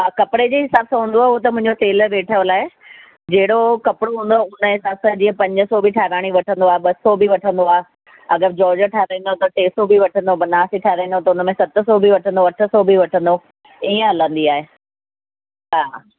हा कपिड़े जे हिसाब सां हूंदो आहे हो त मुंहिंजो टेलर ॾिठलु आहे जहिड़ो कपिड़ो हूंदो आहे उन हिसाब सां जीअं पंज सौ बि ठाराहिणी वठंदो आहे ॿ सौ बि वठंदो आहे अगरि जॉर्जेट ठाराहींदव त टे सौ बि वठंदो बनारसी ठाराहींदव त उन में सत सौ बि वठंदो अठ सौ बि वठंदो ईअं हलंदी आहे हा